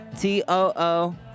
T-O-O